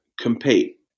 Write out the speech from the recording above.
compete